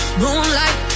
moonlight